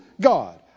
God